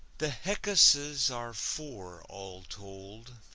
the heckuses are four all told.